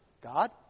God